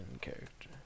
character